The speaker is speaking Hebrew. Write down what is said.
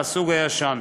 מהסוג הישן.